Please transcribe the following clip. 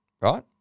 right